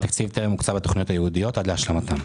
התקציב טרם הוקצה בתוכניות הייעודיות עד להשלמתן.